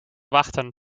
wachten